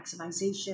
maximization